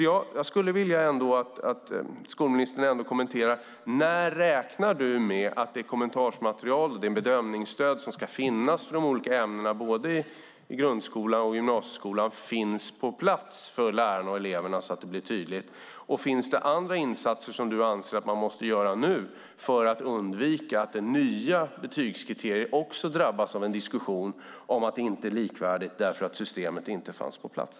Jag skulle vilja höra skolministern kommentera när han räknar med att det kommentarmaterial och bedömningsstöd som ska finnas för de olika ämnena i både grund och gymnasieskola finns på plats så att det blir tydligt för lärarna och eleverna. Finns det andra insatser skolministern anser att man nu måste göra för att undvika att de nya betygskriterierna också drabbas av en diskussion om att det inte är likvärdigt eftersom systemet inte fanns på plats?